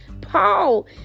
Paul